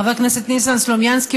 חבר הכנסת ניסן סלומינסקי,